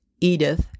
edith